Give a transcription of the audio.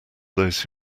those